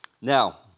Now